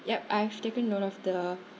yup I have taken note of the